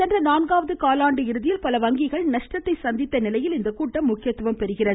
சென்ற நான்காவது காலாண்டு இறுதியில் பல வங்கிகள் நஷ்டத்தை சந்தித்த நிலையில் இந்த கூட்டம் முக்கியத்துவம் பெறுகிறது